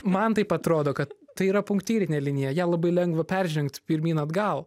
man taip atrodo kad tai yra punktyrinė linija ją labai lengva peržengt pirmyn atgal